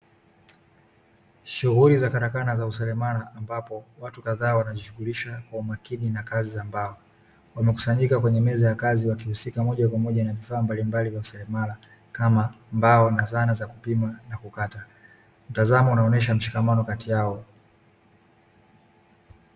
Shughuli za karakana za useremala, ambapo watu kadhaa wanajishughulisha kwa umakini na kazi za mbao wamekusanyika kwenye meza ya kazi wakihusika moja kwa moja na vifaa mbalimbali vya useremala kama mbao na zana za kupima na kukata, mtazamo unaonyesha mshikamano kati yao.